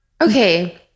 Okay